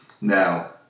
Now